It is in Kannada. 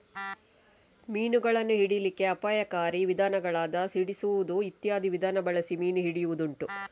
ಮೀನುಗಳನ್ನ ಹಿಡೀಲಿಕ್ಕೆ ಅಪಾಯಕಾರಿ ವಿಧಾನಗಳಾದ ಸಿಡಿಸುದು ಇತ್ಯಾದಿ ವಿಧಾನ ಬಳಸಿ ಮೀನು ಹಿಡಿಯುದುಂಟು